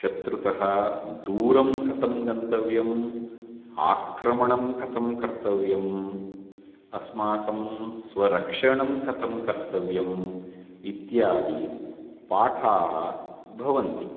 शत्रुतः दूरं कथं गन्तव्यम् आक्रमणं कथं कर्तव्यम् अस्माकं स्वरक्षणं कथं कर्तव्यम् इत्यादि पाठाः भवन्ति